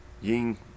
Ying